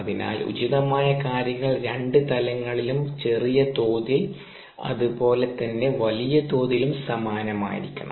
അതിനാൽ ഉചിതമായ കാര്യങ്ങൾ 2 തലങ്ങളിലും ചെറിയ തോതിൽ അതുപോലെ തന്നെ വലിയ തോതിലും സമാനമായിരിക്കണം